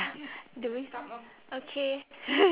do we start okay